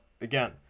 again